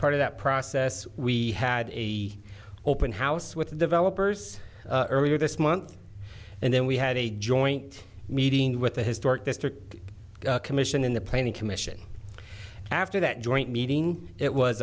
part of that process we had a open house with the developers earlier this month and then we had a joint meeting with the historic district commission in the planning commission after that joint meeting it